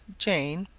jane,